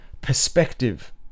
perspective